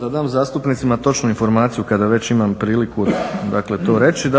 Da dam zastupnicima točnu informaciju kada već imam priliku dakle to reći.